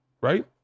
Right